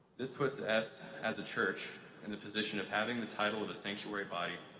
this puts us as a church in the position of having the title of a sanctuary body,